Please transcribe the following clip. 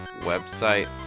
website